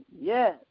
Yes